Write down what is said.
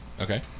Okay